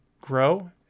grow